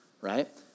right